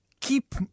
keep